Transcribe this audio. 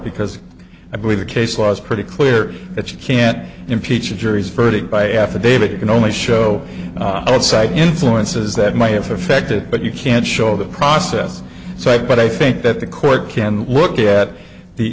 because i believe the case was pretty clear that you can't impeach a jury's verdict by affidavit it can only show outside influences that might have affected but you can't show the process so i but i think that the court can look at the